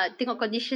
mm